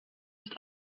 ist